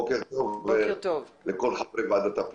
בוקר טוב ליושבת-ראש הוועדה ולכל חברי הוועדה.